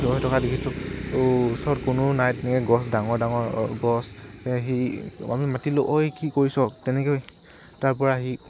থিয় হৈ থকা দেখিছোঁ ওচৰত কোনো নাই তেনেকৈ গছ ডাঙৰ ডাঙৰ গছ সেই আমি মাতিলো ঐ কি কৰিছ তেনেকৈ তাৰপৰা সি